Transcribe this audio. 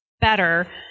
better